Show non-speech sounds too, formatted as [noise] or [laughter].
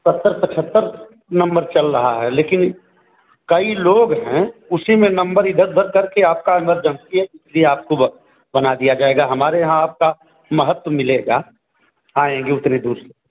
सत्तर पचहत्तर नम्बर चल रहा है लेकिन कई लोग हैं उसी में नम्बर इधर उधर करके आपका [unintelligible] जम के फ्री आपको [unintelligible] बना दिया जायेगा हमारे यहाँ आपका महत्व मिलेगा आएंगे उतनी दूर से